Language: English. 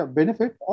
benefit